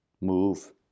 move